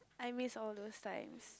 I miss all those times